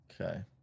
Okay